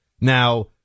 Now